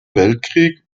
weltkrieg